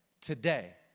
Today